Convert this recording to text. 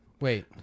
Wait